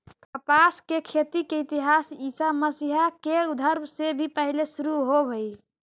कपास के खेती के इतिहास ईसा मसीह के उद्भव से भी पहिले शुरू होवऽ हई